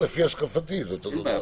לפי השקפתי זה אותו דבר.